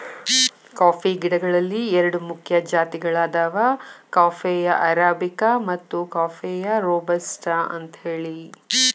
coffee ಗಿಡಗಳಲ್ಲಿ ಎರಡು ಮುಖ್ಯ ಜಾತಿಗಳದಾವ ಕಾಫೇಯ ಅರಾಬಿಕ ಮತ್ತು ಕಾಫೇಯ ರೋಬಸ್ಟ ಅಂತೇಳಿ